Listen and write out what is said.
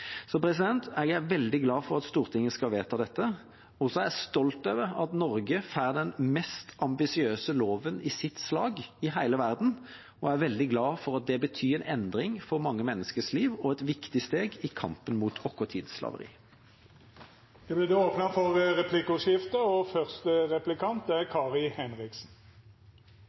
Jeg er veldig glad for at Stortinget skal vedta dette, og så er jeg stolt av at Norge får den mest ambisiøse loven i sitt slag i hele verden. Jeg er veldig glad for at det betyr en endring i mange menneskers liv og er et viktig steg i kampen mot vår tids slaveri. Det vert replikkordskifte.